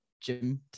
gym